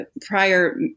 prior